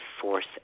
force